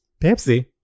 Pepsi